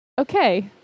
okay